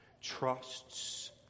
trusts